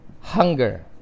hunger